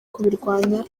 kubirwanya